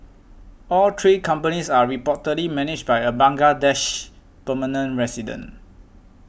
all three companies are reportedly managed by a Bangladeshi permanent resident